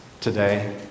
today